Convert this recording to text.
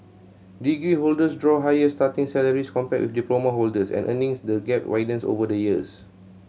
degree holders draw higher starting salaries compared with diploma holders and the earnings gap widens over the years